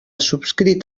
subscrit